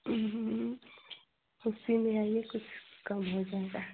उसी में आइए कुछ कम हो जाएगा